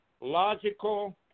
logical